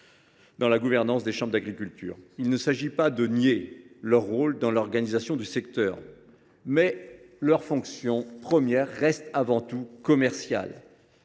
dans la gouvernance des chambres d’agriculture. Il ne s’agit pas de nier leur rôle dans l’organisation du secteur, mais leur fonction première reste avant tout commerciale.